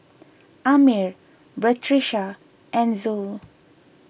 Ammir Batrisya and Zul